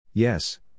Yes